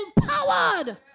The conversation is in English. empowered